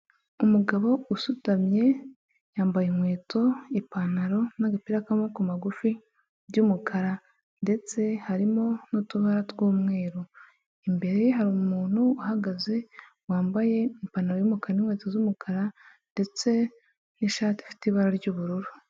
Umugabo usutamye yambaye inkweto, ipantaro n'agapira k'amaboko magufi by'umukara ndetse harimo n'utubara tw'umweru. Imbere ye hari umuntu uhagaze wambaye ipantaro y'umukara umukara n'inkweto z'umukara ndetse n'ishati ifite ibara ry'ubururu.